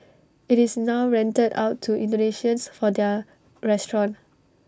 IT is now rented out to Indonesians for their restaurant